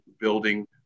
building